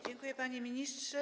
Dziękuję, panie ministrze.